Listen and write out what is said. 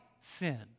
sin